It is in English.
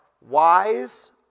wise